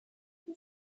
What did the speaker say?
who